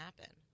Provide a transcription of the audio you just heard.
happen